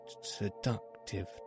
seductive